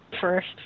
first